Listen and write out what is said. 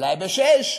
אולי בשישה,